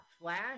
Flash